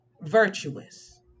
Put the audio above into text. Virtuous